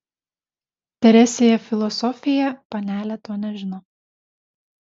teresėje filosofėje panelė to nežino